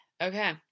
Okay